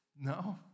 no